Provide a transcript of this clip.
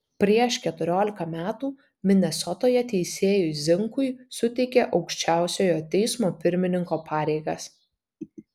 prieš keturiolika metų minesotoje teisėjui zinkui suteikė aukščiausiojo teismo pirmininko pareigas